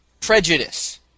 prejudice